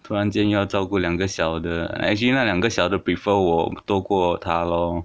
突然间要照顾两个小的 actually 那两个小的 prefer 我多过她咯